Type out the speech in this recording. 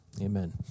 Amen